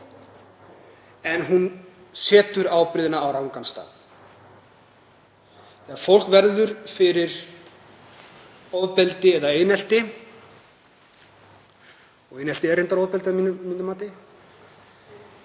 en hún varpar ábyrgðinni á rangan stað. Þegar fólk verður fyrir ofbeldi eða einelti — og einelti er reyndar ofbeldi að mínu mati